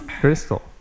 crystal